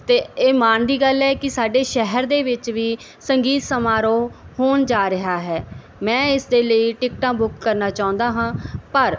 ਅਤੇ ਇਹ ਮਾਨ ਦੀ ਗੱਲ ਹੈ ਕਿ ਸਾਡੇ ਸ਼ਹਿਰ ਦੇ ਵਿੱਚ ਵੀ ਸੰਗੀਤ ਸਮਾਰੋਹ ਹੋਣ ਜਾ ਰਿਹਾ ਹੈ ਮੈਂ ਇਸ ਦੇ ਲਈ ਟਿਕਟਾਂ ਬੁੱਕ ਕਰਨਾ ਚਾਹੁੰਦਾ ਹਾਂ ਪਰ